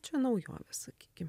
čia naujovė sakykim